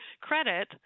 credit